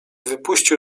wypuścił